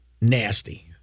nasty